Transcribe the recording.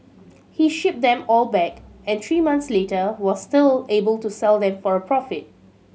he shipped them all back and three months later was still able to sell them for a profit